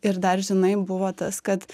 ir dar žinai buvo tas kad